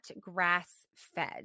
grass-fed